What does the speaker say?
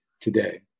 today